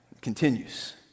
Continues